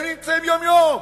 הם נמצאים יום-יום.